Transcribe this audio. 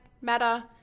matter